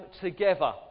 together